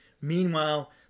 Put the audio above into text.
meanwhile